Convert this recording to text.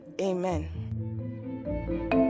amen